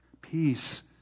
peace